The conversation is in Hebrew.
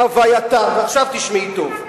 עכשיו תשמעי טוב.